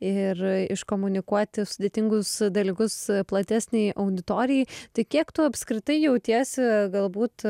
ir iškomunikuoti sudėtingus dalykus platesnei auditorijai tai kiek tu apskritai jautiesi galbūt